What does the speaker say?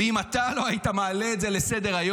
ואם אתה לא היית מעלה את זה לסדר-היום,